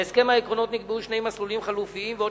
בהסכם העקרונות נקבעו שני מסלולים חלופיים ועוד